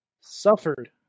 suffered